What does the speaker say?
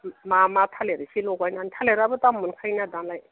मा मा थालिर एसे लगायनानै थालिराबो दाम मोनखायो ना दालाय